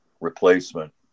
replacement